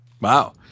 Wow